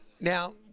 Now